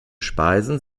speisen